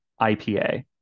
IPA